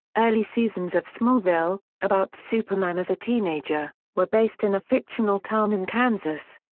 early seasons of smallville, about superman as a teenager, were based in a fictional town in kansas.